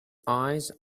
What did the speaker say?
eyes